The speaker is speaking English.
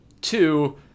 two